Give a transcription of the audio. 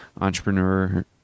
entrepreneur